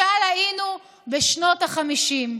משל היינו בשנות החמישים.